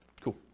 Cool